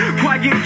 quiet